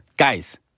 Guys